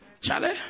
Charlie